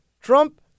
Trump